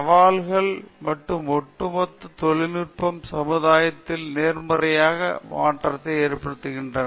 சவால்கள் மற்றும் ஒட்டுமொத்த தொழில்நுட்பம் சமுதாயத்தில் நேர்மறையான மாற்றத்தை ஏற்படுத்துகின்றன